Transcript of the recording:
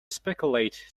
speculate